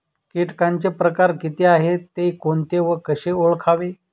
किटकांचे प्रकार किती आहेत, ते कोणते व कसे ओळखावे?